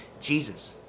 Jesus